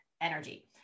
energy